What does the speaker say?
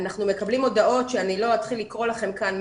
אנחנו מקבלים הודעות ולא אתחיל לקרוא לכם כאן,